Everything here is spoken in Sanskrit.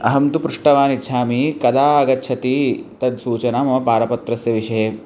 अहं तु पृष्टवान् इच्छामि कदा आगच्छति तत्सूचना मम पारपत्रस्य विषये